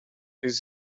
these